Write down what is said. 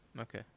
Okay